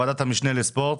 ועדת המשנה לספורט,